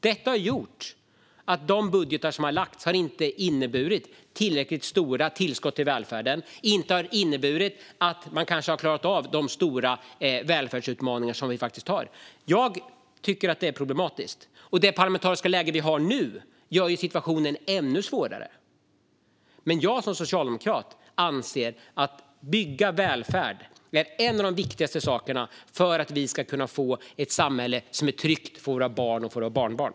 Detta har gjort att de budgetar som har lagts fram inte har innehållit tillräckligt stora tillskott till välfärden, och därför har man inte klarat av de stora välfärdsutmaningarna, vilket är problematiskt. Och det parlamentariska läge vi nu har gör situationen ännu svårare. Som socialdemokrat anser jag att välfärdsbyggande är en av de viktigaste sakerna för att vi ska få ett samhälle som är tryggt för våra barn och barnbarn.